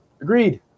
agreed